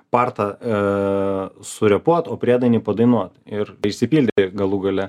partą surepuot o priedainį padainuot ir išsipildė galų gale